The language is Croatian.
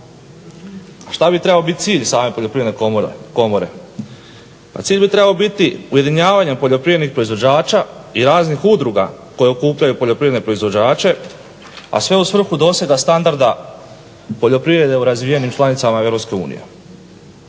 Šta bi trebao biti cilj same Poljoprivredne komore? Pa cilj bi trebao biti ujedinjavanje poljoprivrednih proizvođača i raznih udruga koje okupljaju poljoprivredne proizvođače, a sve u svrhu dosega standarda poljoprivrede u razvijenim članicama